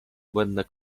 błędne